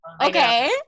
okay